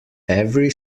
every